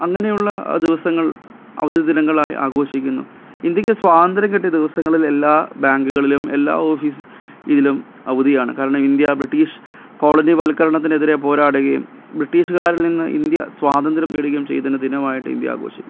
അങ്ങനെയുള്ള ദിവസങ്ങൾ അവധി ദിനങ്ങളായി ആഘോഷിക്കുന്നു ഇന്ത്യയ്ക്ക് സ്വാതന്ത്ര്യം കിട്ടിയ ദിവസങ്ങളിൽ എല്ലാ ബാങ്കുകളിലും എല്ലാ ഓഫീസ് യിലും അവധിയാണ് കാരണം ഇന്ത്യ ബ്രിട്ടീഷ് കോളനി വൽക്കരണത്തിനെതിരെ പോരാടുകയും ബ്രിട്ടീഷുകാരിൽ നിന്ന് ഇന്ത്യ സ്വാതന്ത്രം നേടുകയും ചെയ്ത ദിനമായിട്ട് ഇന്ത്യ ആഘോഷിക്കുന്നു